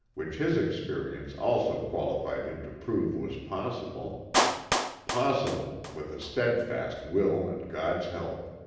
which his experience also qualified him to prove was possible possible, with a steadfast will and god's help.